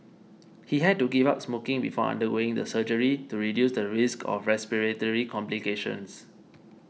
he had to give up smoking before undergoing the surgery to reduce the risk of respiratory complications